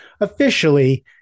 Officially